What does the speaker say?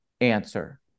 answer